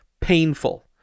painful